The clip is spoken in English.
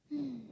mm